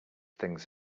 things